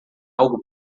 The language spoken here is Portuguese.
algo